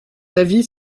avis